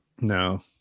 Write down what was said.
No